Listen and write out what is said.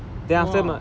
!wah!